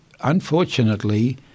unfortunately